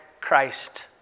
Christ